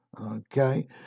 Okay